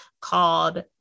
called